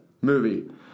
Movie